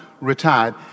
retired